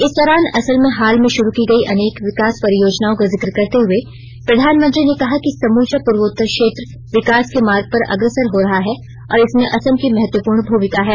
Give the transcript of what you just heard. इस दौरान असम में हाल में शुरू की गई अनेक विकास परियोजनाओं का जिक्र करते हुए प्रधानमंत्री ने कहा कि समुचा पुर्वोत्तर क्षेत्र विकास के मार्ग पर अग्रसर हो रहा है और इसमें असम की महत्वपूर्ण भूमिका है